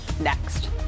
next